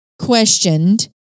questioned